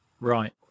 Right